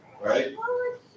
right